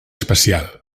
especial